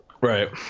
Right